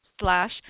slash